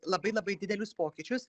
labai labai didelius pokyčius